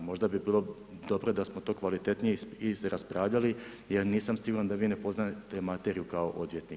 Možda bi bilo dobro da smo to kvalitetnije raspravljali, jer nisam siguran da vi ne poznajete materiju kao odvjetnik.